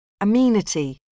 amenity